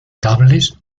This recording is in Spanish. cables